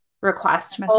request